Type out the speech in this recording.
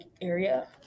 area